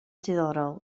ddiddorol